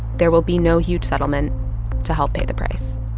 there will be no huge settlement to help pay the price